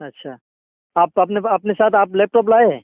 اچھا آپ اپنے اپنے ساتھ آپ لیپ ٹاپ لائیں ہیں